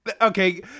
okay